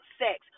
sex